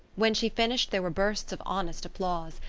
when she finished there were bursts of honest applause.